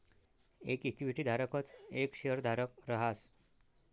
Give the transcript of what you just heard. येक इक्विटी धारकच येक शेयरधारक रहास